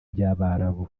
by’abarabu